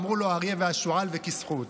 אמרו לו האריה והשועל וכיסחו אותו.